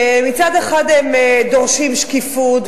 שמצד אחד הם דורשים שקיפות,